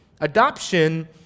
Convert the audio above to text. Adoption